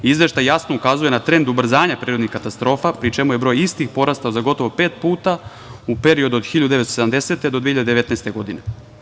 Izveštaj jasno ukazuje na trend ubrzanja prirodnih katastrofa, pri čemu je broj istih porastao za gotovo pet puta u periodu od 1970. do 2019. godine.